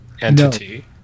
entity